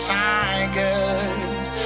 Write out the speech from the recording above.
tigers